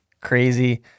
crazy